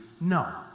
No